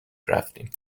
رفتیم